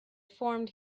formed